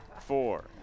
four